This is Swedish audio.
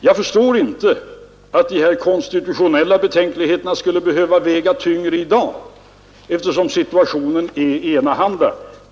Jag förstår inte att de här konstitutionella betänkligheterna skall behöva väga tyngre i dag, eftersom situationen är enahanda.